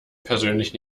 persönlich